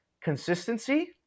consistency